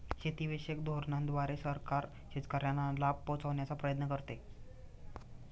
शेतीविषयक धोरणांद्वारे सरकार शेतकऱ्यांना लाभ पोहचवण्याचा प्रयत्न करते